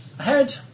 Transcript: Ahead